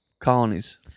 colonies